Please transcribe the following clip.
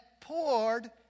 poured